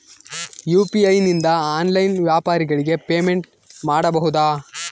UPI ನಿಂದ online ವ್ಯಾಪಾರಗಳಿಗೆ payment ಮಾಡಬಹುದಾ?